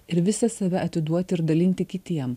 ir visą save atiduoti ir dalinti kitiem